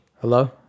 Hello